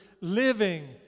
living